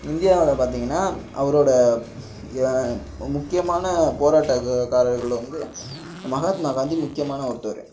இந்தியாவில் பார்த்தீங்கன்னா அவரோட ஏ முக்கியமான போராட்டக்காரர்களில் வந்து மகாத்மா காந்தி முக்கியமான ஒருத்தர்